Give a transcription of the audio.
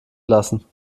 lassen